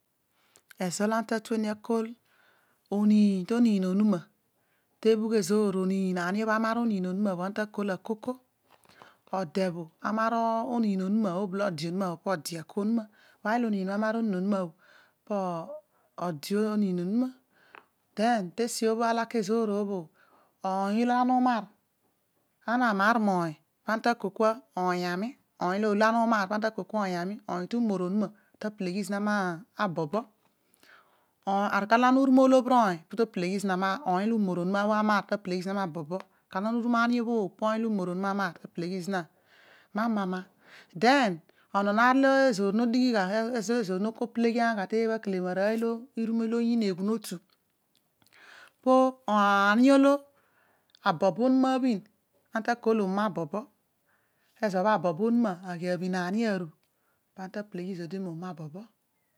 Ezo olo ana ta tueni akol oniin to niin onuma taebhugh ezoor oniin ani obh amar oniin onuma anaita ana ta kolakoko, ode bho amar oniin onuma bho oblo ode onuma bho po ode ako onuma while anin abhe amor onin onuma bhe je odee oniin cousas den jose bbe a lake ezcor bhe, cong meeny fa ana tu kol kun oonyawi, oony ale bung un congami oong tormor onume tu pehe ghi zina ma abobo aru kaer olo ann uru moolebhir oony porto peheghi ding maabobo biaani ubhobh po pony olo umor relaziza he, hana, den mononeer alo ezoor no dighigha, ezour ho peleghiangha tecbha kele ma arvog olo ira me oyiin eghunota pu ani olo abobo onume abhin anu ta kol uma bobo, lae zo bho abobo onuma aghi abhin ani aru pa ana ta peleghi zodi mu mabobo.